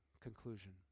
conclusion